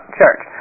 church